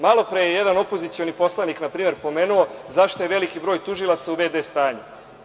Malo pre je jedna opozicioni poslanik na primer pomenuo zašto je veliki broj tužilaca u vd stanju.